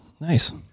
Nice